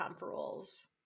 Rules